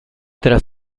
tras